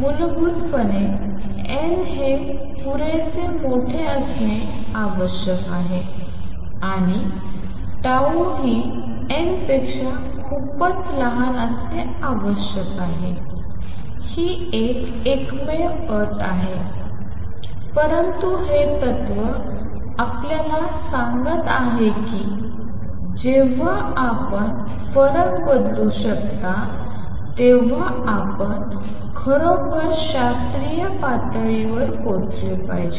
मूलभूतपणे n हे पुरेसे मोठे असणे आवश्यक आहे आणि tau ही n पेक्षा खूपच लहान असणे आवश्यक आहे ही एकमेव अट आहे परंतु हे तत्त्व आपल्याला सांगत आहे की जेव्हा आपण फरक बदलू शकता तेव्हा आपण खरोखर शास्त्रीय पातळीवर पोहोचले पाहिजे